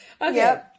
Okay